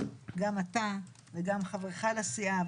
גם אתה וגם חברך לסיעה,